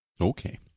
Okay